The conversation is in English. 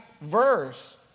verse